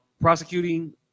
prosecuting